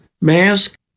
mask